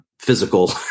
physical